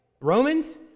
Romans